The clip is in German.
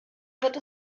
wird